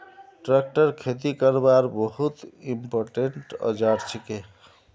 tractor खेती करवार बहुत इंपोर्टेंट औजार छिके